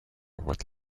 with